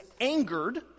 angered